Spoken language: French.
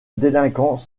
délinquants